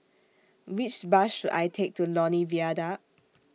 Which Bus should I Take to Lornie Viaduct